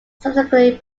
subsequently